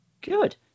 Good